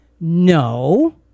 No